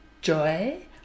joy